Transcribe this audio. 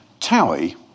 Towie